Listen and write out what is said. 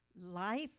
life